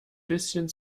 bisschen